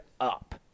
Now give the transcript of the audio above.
up